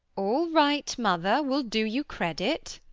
all right, mother. we'll do you credit.